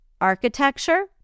Architecture